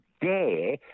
dare